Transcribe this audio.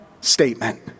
statement